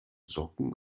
socken